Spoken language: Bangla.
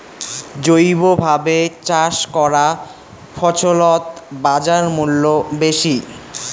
জৈবভাবে চাষ করা ফছলত বাজারমূল্য বেশি